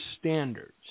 standards